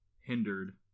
hindered